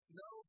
no